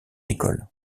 école